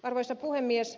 arvoisa puhemies